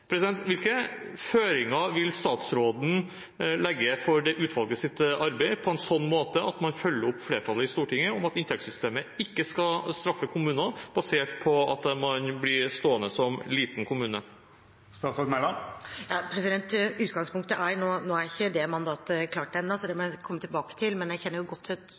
det bli på en slik måte at man følger opp flertallet i Stortinget om at inntektssystemet ikke skal straffe kommunene, basert på at man blir stående som liten kommune? Nå er ikke det mandatet klart ennå, så det må jeg komme tilbake til. Men jeg kjenner jo godt til